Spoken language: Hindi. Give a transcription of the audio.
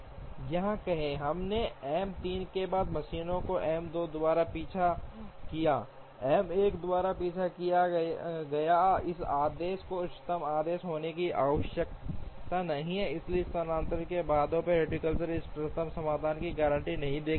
यहाँ कहें हमने एम 3 के बाद मशीनों को एम 2 द्वारा पीछा किया एम 1 द्वारा पीछा किया गया इस आदेश को इष्टतम आदेश होने की आवश्यकता नहीं है इसलिए स्थानांतरण में बाधा हेयुरिस्टिक इष्टतम समाधान की गारंटी नहीं देता है